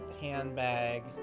handbag